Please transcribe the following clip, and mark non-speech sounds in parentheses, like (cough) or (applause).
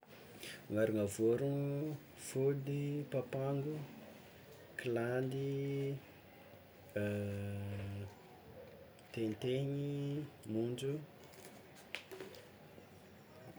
Agnaragna vorogno: fody, papango, kilandy, (hesitation) tentegny, monjo.